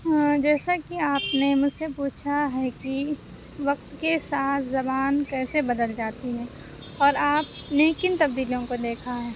جیسا کہ آپ نے مجھے سے پوچھا ہے کہ وقت کے ساتھ زبان کیسے بدل جاتی ہے اور آپ نے کن تبدیلیوں کو دیکھا ہے